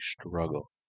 struggle